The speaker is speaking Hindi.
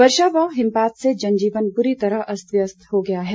वर्षा व हिमपात से जनजीवन बुरी तरह अस्त व्यस्त हो गया है